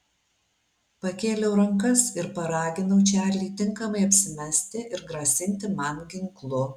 pakėliau rankas ir paraginau čarlį tinkamai apsimesti ir grasinti man ginklu